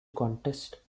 contest